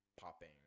popping